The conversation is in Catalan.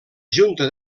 junta